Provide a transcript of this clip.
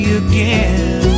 again